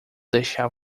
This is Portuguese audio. deixar